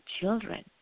children